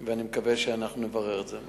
אני מקווה שאנחנו נברר את זה.